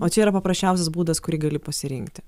o čia yra paprasčiausias būdas kurį gali pasirinkti